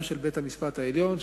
גם של בית-המשפט העליון,